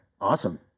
Awesome